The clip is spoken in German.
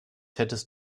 hättest